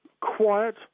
quiet